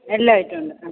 എല്ലാ ഐറ്റും ഉണ്ട് ആ